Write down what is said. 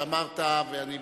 חשוב מאוד שאמרת, ואני בהחלט,